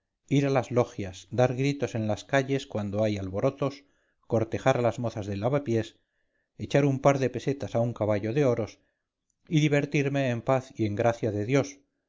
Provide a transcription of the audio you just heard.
ir a las logias dar gritos en las calles cuando hay alborotos cortejar a las mozas del avapiés echar un par de pesetas a un caballo de oros y divertirme en paz y en gracia de dios